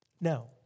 Now